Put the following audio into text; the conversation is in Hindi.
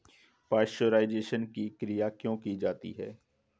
पाश्चुराइजेशन की क्रिया क्यों की जाती है?